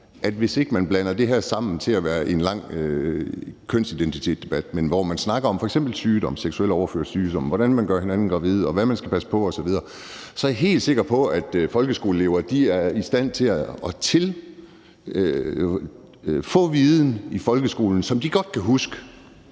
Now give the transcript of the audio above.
at hvis ikke man blander det her sammen til at være en lang kønsidentitetsdebat, men snakker om f.eks. sygdomme, seksuelt overførte sygdomme, hvordan man gør hinanden gravid, og hvad man skal passe på osv., så er jeg helt sikker på, at folkeskoleelever er i stand til at få viden i folkeskolen, som de godt kan huske,